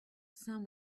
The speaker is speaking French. saint